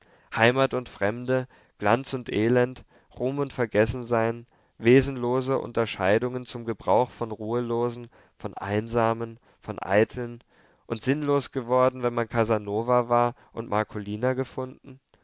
heimat und fremde glanz und elend ruhm und vergessensein wesenlose unterscheidungen zum gebrauch von ruhelosen von einsamen von eiteln und sinnlos geworden wenn man casanova war und marcolina gefunden